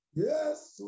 yes